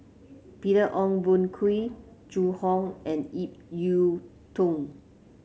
Peter Ong Boon Kwee Zhu Hong and Ip Yiu Tung